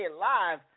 Live